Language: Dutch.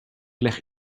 leg